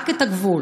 רק את הגבול.